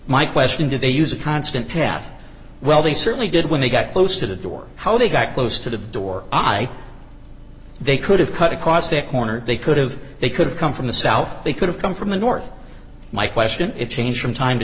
my question did they use a constant path well they certainly did when they got close to the door how they got close to the door i they could have cut across a corner they could have they could have come from the south they could have come from the north my question it change from time to